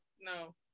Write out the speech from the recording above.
No